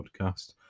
podcast